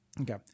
Okay